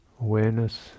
awareness